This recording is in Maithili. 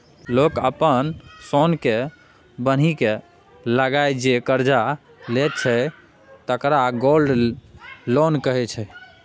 लोक अपन सोनकेँ बन्हकी लगाए जे करजा लैत छै तकरा गोल्ड लोन कहै छै